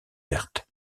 vertes